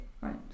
Right